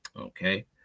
Okay